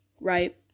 right